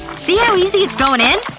see how easy it's going in?